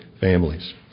families